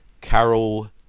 Carol